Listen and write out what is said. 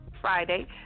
friday